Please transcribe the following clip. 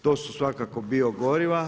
To su svakako biogoriva.